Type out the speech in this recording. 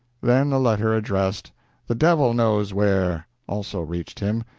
then a letter addressed the devil knows where also reached him,